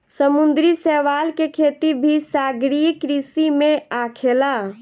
समुंद्री शैवाल के खेती भी सागरीय कृषि में आखेला